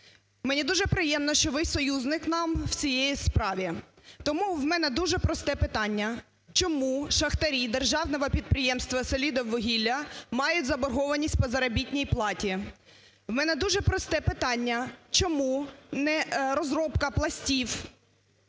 Мені дуже приємно, що ви союзник нам в цієї справі. Тому у мене дуже просте питання. Чому шахтарі Державного підприємства "Селидіввугілля" мають заборгованість по заробітній платі? В мене дуже просте питання. Чому розробка пластів,